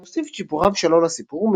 הוא מוסיף את שיפוריו שלו לסיפור,